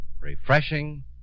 refreshing